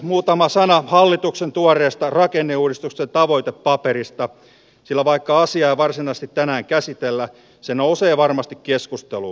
muutama sana hallituksen tuoreesta rakenneuudistuksen tavoitepaperista sillä vaikka asiaa ei varsinaisesti tänään käsitellä se nousee varmasti keskusteluun